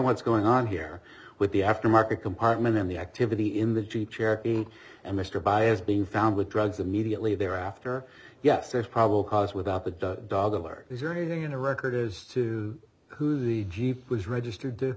what's going on here with the aftermarket compartment and the activity in the jeep cherokee and mr baez being found with drugs immediately thereafter yes there's probable cause without the dog or is there anything in the record as to who the jeep was register